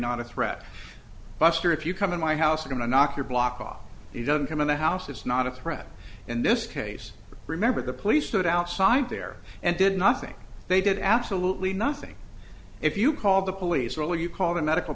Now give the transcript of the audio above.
not a threat buster if you come in my house are going to knock your block off you don't come in the house it's not a threat in this case remember the police stood outside there and did nothing they did absolutely nothing if you call the police will you call a medical